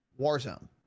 Warzone